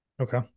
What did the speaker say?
Okay